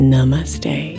Namaste